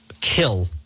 kill